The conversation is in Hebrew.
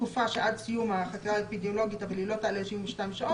התקופה שעד סיום החקירה האפידמיולוגית אבל היא לא תעלה על 72 שעות,